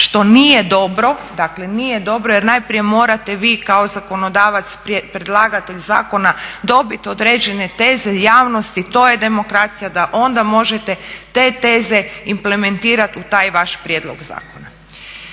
što nije dobro, dakle nije dobro jer najprije morate vi kao zakonodavac predlagatelj zakona dobiti određene teze javnosti, to je demokracija da onda možete te teze implementirati u taj vaš prijedlog zakona.